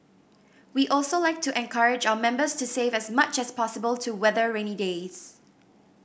we also like to encourage our members to save as much as possible to weather rainy days